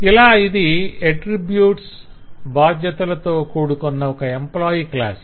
ఇలా ఇది అట్రిబ్యూట్స్ బాధ్యతలలో కూడుకున్న ఒక ఎంప్లాయ్ క్లాసు